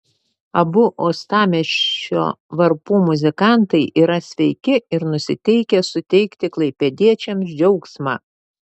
abu uostamiesčio varpų muzikantai yra sveiki ir nusiteikę suteikti klaipėdiečiams džiaugsmą